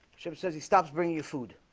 she says he stops bringing you food